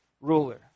ruler